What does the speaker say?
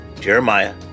Jeremiah